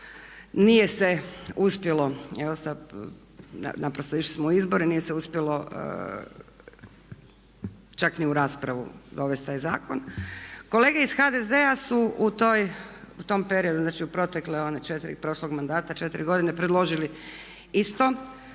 nije se uspjelo, naprosto išli smo u izbore, nije se uspjelo čak ni u raspravu dovesti taj zakon. Kolege iz HDZ-a su u tom periodu, znači u protekle one 4, prošlog mandata 4 godine predložili isto,